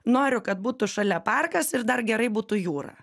noriu kad būtų šalia parkas ir dar gerai būtų jūra